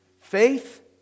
Faith